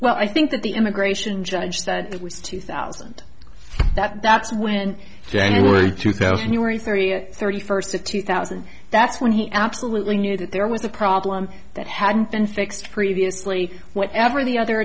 well i think that the immigration judge said that was two thousand that that's when january two thousand you were three thirty first two thousand that's when he absolutely knew that there was a problem that hadn't been fixed previously whatever the other